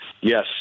yes